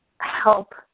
help